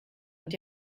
und